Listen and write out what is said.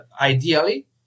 ideally